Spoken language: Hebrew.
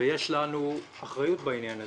ויש לנו אחריות בעניין הזה,